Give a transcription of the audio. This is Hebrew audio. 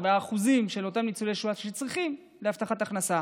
והאחוזים של אותם ניצולי שואה שצריכים הבטחת הכנסה.